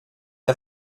n’a